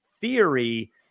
Theory